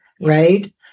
right